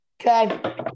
Okay